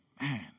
man